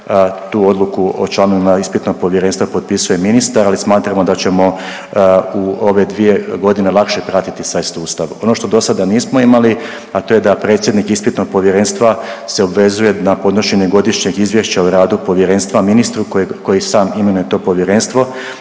Tu odluku o članovima ispitnog povjerenstva potpisuje ministar, ali smatramo da ćemo u ove dvije godine lakše pratiti taj sustav. Ono što do sada nismo imali, a to je da predsjednik ispitnog povjerenstva se obvezuje na podnošenje godišnjeg izvješća o radu povjerenstva ministru, koji sam imenuje to povjerenstvo